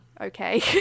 Okay